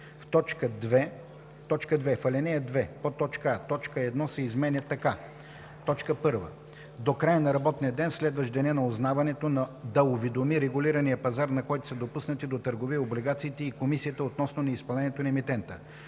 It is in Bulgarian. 2. В ал. 2: а) точка 1 се изменя така: „1. до края на работния ден, следващ деня на узнаването да уведоми регулирания пазар, на който са допуснати до търговия облигациите, и комисията относно неизпълнението на емитента;”